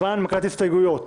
זמן הנמקת הסתייגויות